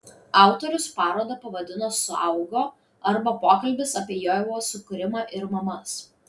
autorius parodą pavadino suaugo arba pokalbis apie ievos sukūrimą ir mamas